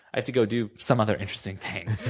i have to go do some other interesting thing.